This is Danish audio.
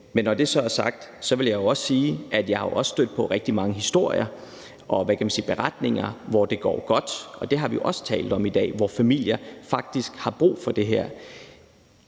Men når det så er sagt, vil jeg også sige, at jeg også er stødt på rigtig mange historier og beretninger, hvor det går godt, og – det har vi jo også talt om i dag – der er familier, der faktisk har brug for det her.